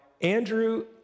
Andrew